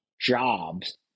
jobs